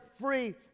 free